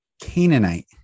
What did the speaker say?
Canaanite